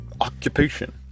occupation